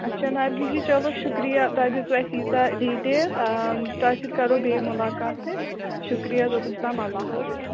اَچھا نرگِس جی چَلو شُکریہ تۄہہِ دِژوٕ اَسہِ ییٖژاہ ڈِٹیل تۄہہِ سۭتۍ کَرو بیٚیہِ مُلاقات أسی شُکریہ توٚتس تام اللہ حافظ